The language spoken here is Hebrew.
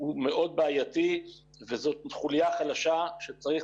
הוא מאוד בעייתי וזאת חוליה חלשה שצריך